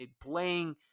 playing